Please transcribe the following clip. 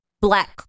black